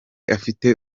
afite